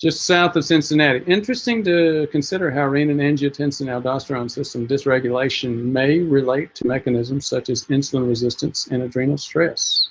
just south of cincinnati interesting to consider how renin-angiotensin-aldosterone system dysregulation may relate to mechanisms such as insulin resistance in adrenal stress